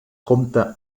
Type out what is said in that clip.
compta